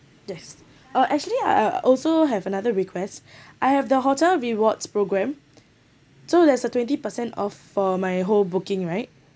yes uh actually I I also have another request I have the hotel rewards programme so there's a twenty percent off for my whole booking right